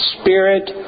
spirit